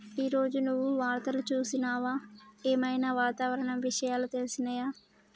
ఈ రోజు నువ్వు వార్తలు చూసినవా? ఏం ఐనా వాతావరణ విషయాలు తెలిసినయా?